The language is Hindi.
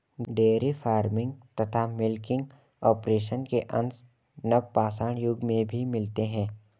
डेयरी फार्मिंग तथा मिलकिंग ऑपरेशन के अंश नवपाषाण युग में भी मिलते हैं